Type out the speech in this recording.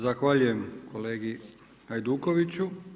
Zahvaljujem kolegi Hajdukoviću.